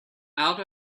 out